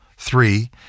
Three